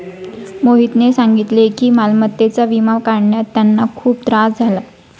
मोहितने सांगितले की मालमत्तेचा विमा काढण्यात त्यांना खूप त्रास झाला